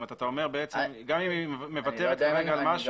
אתה אומר שגם אם היא מוותרת על משהו.